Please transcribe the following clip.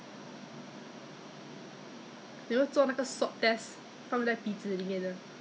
好像是没有这样 readily available bah 很久以前 leh 那时是刚刚 what february 的时候 ah